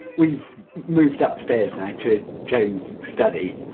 we've moved upstairs now to joan's study.